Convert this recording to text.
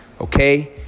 okay